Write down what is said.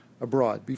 abroad